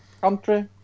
country